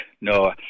no